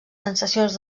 sensacions